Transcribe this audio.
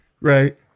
Right